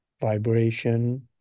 vibration